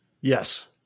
Yes